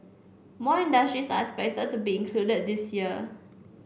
more industries are expected to be included this year